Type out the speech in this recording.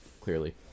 clearly